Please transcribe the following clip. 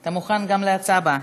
אתה מוכן גם להצעה הבאה.